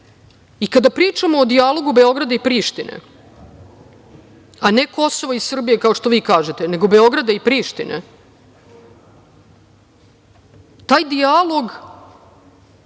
pričamo o dijalogu Beograda i Prištine, a ne Kosova i Srbije, kao što vi kažete, nego Beograda i Prištine, taj dijalog